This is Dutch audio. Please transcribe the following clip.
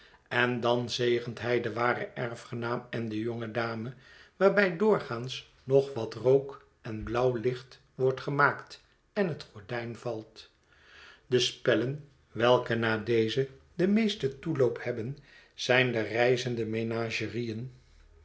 en dan zegent hij den waren erfgenaam en de jonge dame waarbij doorgaans nog wat rook en blauw licht wordt gemaakt en hetgordijn valt de spellen welke na deze den meesten toeloop hebben zijn de reizende menagerieen